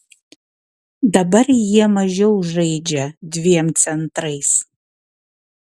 dabar jie mažiau žaidžia dviem centrais